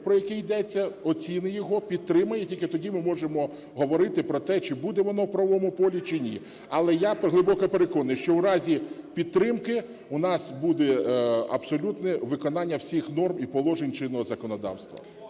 про який йдеться, оцінить його, підтримає, і тільки тоді ми можемо говорити про те, чи буде воно в правовому полі, чи ні. Але я глибоко переконаний, що у разі підтримки у нас буде абсолютне виконання всіх норм і положень чинного законодавства.